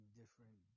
different